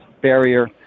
barrier